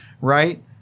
Right